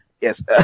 Yes